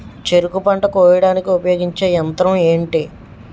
చెరుకు పంట కోయడానికి ఉపయోగించే యంత్రం ఎంటి?